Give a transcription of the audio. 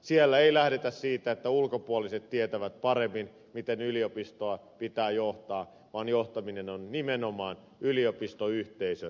siellä ei lähdetä siitä että ulkopuoliset tietävät paremmin miten yliopistoa pitää johtaa vaan johtaminen on nimenomaan yliopistoyhteisön käsissä